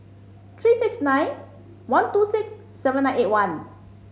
three six nine one two six seven nine eight one